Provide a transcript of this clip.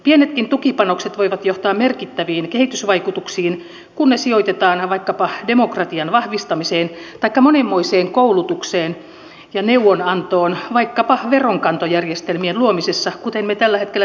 pienetkin tukipanokset voivat johtaa merkittäviin kehitysvaikutuksiin kun ne sijoitetaan vaikkapa demokratian vahvistamiseen taikka monenmoiseen koulutukseen ja neuvonantoon vaikkapa veronkantojärjestelmien luomisessa kuten me tällä hetkellä teemmekin